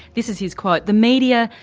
this is his quote the media,